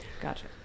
Gotcha